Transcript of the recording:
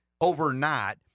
overnight